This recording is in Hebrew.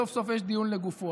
סוף-סוף יש דיון לגופו.